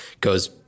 Goes